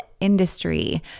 industry